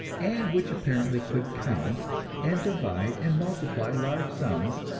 and which apparently could count and divide and multiply large sums,